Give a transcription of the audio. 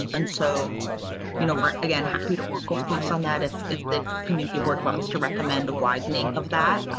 and and so you know we're again happy to work with folks on that. if if the community board wants to recommend the wide name of that.